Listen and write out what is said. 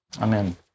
Amen